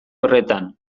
horretan